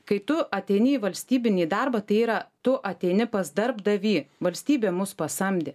kai tu ateini į valstybinį darbą tai yra tu ateini pas darbdavį valstybė mus pasamdė